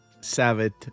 Savit